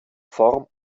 form